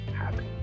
happy